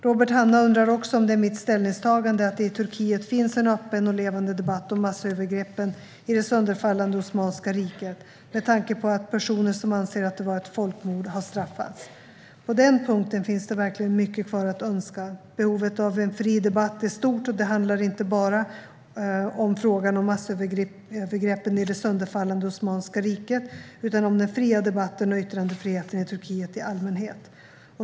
Robert Hannah undrar också om det är mitt ställningstagande att det i Turkiet finns en öppen och levande debatt om massövergreppen i det sönderfallande Osmanska riket med tanke på att personer som anser att de var ett folkmord har straffats. På den punkten finns det verkligen mycket kvar att önska. Behovet av en fri debatt är stort, och det handlar inte bara om frågan om massövergreppen i det sönderfallande Osmanska riket utan om den fria debatten och yttrandefriheten i Turkiet i allmänhet.